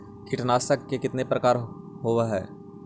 कीटनाशक के कितना प्रकार होव हइ?